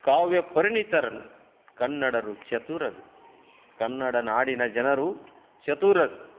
ಕಾವ್ಯ ಪರಿಣಿತರ್ನ ಕನ್ನಡರು ಚತುರರು ಕನ್ನಡ ನಾಡಿನ ಜನರು ಚತುರರು